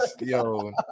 yo